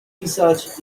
pisać